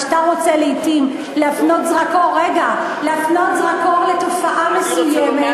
כשאתה רוצה לעתים להפנות זרקור לתופעה מסוימת,